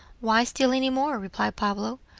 why steal any more? replied pablo.